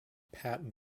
patent